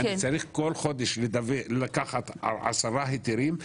אז אני צריך כל חודש לקחת עשרה היתרים,